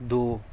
دو